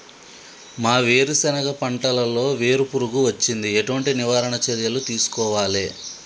మా వేరుశెనగ పంటలలో వేరు పురుగు వచ్చింది? ఎటువంటి నివారణ చర్యలు తీసుకోవాలే?